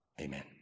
amen